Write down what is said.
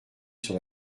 sur